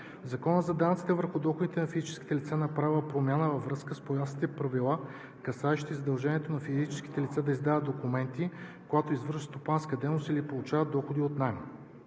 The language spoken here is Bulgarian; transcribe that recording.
Закона за данъците върху доходите на физическите лица е направена промяна във връзка с по-ясни правила, касаещи задължението на физическите лица да издават документи, когато извършват стопанска дейност или получават доходи от наем.